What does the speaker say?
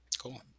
Cool